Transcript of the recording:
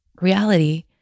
reality